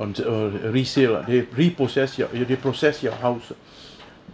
on err resale ah re repossess your repossess your house